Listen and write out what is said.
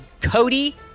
Cody